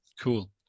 Cool